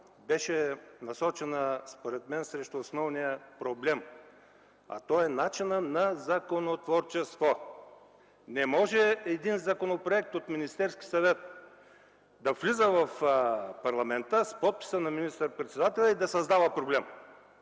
беше насочена, според мен, срещу основния проблем. А той е начинът на законотворчество. Не може един законопроект от Министерския съвет да влиза в парламента с подписа на министър-председателя и да създава проблем!